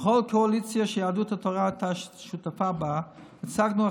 בכל קואליציה שיהדות התורה הייתה שותפה בה הוצגנו,